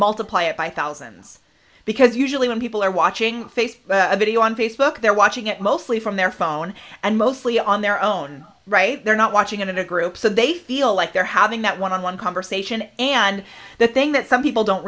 multiply it by thousands because usually when people are watching face video on facebook they're watching it mostly from their phone and mostly on their own right they're not watching it in a group so they feel like they're having that one on one conversation and the thing that some people don't